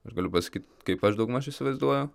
ir galiu pasakyt kaip aš daugmaž įsivaizduoju